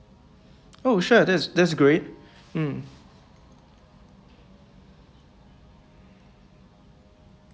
oh sure that's that's great mm